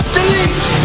Delete